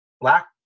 Black